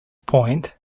point